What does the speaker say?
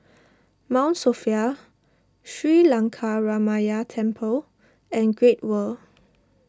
Mount Sophia Sri Lankaramaya Temple and Great World